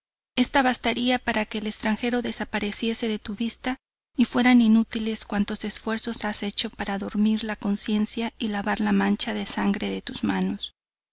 esta bastaría para que el extranjero desapareciese de tu vista y fueran inútiles cuantos esfuerzos has hecho para adormir tu conciencia y lavar la mancha de sangre de tu manos